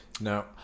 No